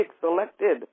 selected